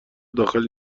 داخل